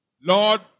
Lord